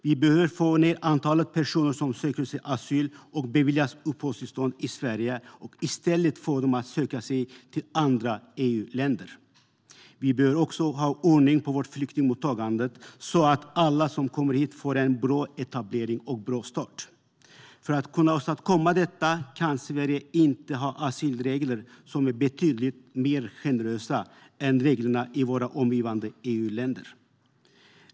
Vi behöver få ned antalet personer som söker asyl och beviljas uppehållstillstånd i Sverige och i stället få dem att söka sig till andra EU-länder. Vi behöver också ha ordning på vårt flyktingmottagande så att alla som kommer hit får en bra etablering och en bra start. För att åstadkomma detta kan Sverige inte ha asylregler som är betydligt mer generösa än reglerna i våra omgivande EU-länder.